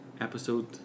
episode